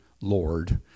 Lord